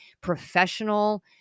professional